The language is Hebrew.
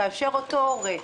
כאשר אותו הורה,